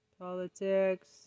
Politics